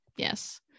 Yes